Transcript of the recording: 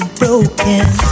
broken